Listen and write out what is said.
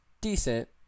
decent